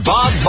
Bob